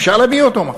אפשר להביא אותו מחר.